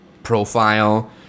profile